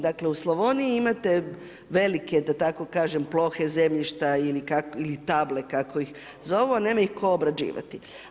Dakle u Slavoniji imate velike da tako kažem plohe zemljišta ili table kako ih zovu, a nema ih tko obrađivati.